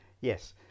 Yes